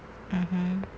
mmhmm